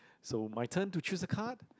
so my turn to choose a card